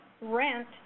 rent